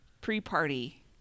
pre-party